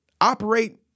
operate